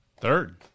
Third